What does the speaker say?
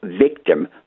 victim